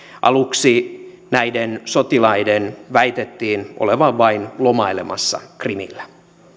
aluksi näiden sotilaiden väitettiin olevan vain lomailemassa krimillä